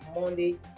Monday